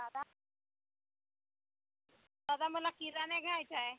दादा दादा मला किराणा घ्यायचा आहे